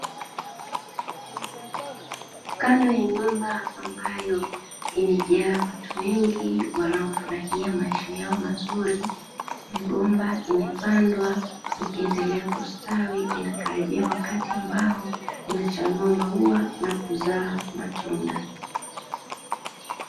Kando ya nyumba ambayo imejaa watu wengi wanaofurahia maisha yao mazuri, migomba imepandwa ikiendelea kustawi inakaribia wakati ambao inachanua maua na kuzaa matunda.